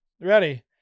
ready